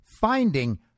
finding